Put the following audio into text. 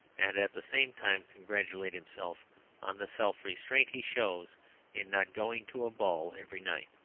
and at the same time congratulate himself on the self-restraint he shows in not going to a ball every night.